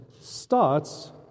starts